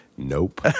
Nope